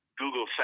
Google